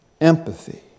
Empathy